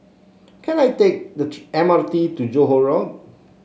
can I take the M R T to Johore Road